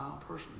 personally